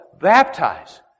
baptize